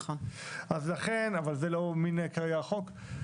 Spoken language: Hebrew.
אבל זה לא מופיע כעת בהצעת החוק.